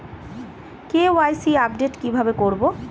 KYC update কি ভাবে করবো?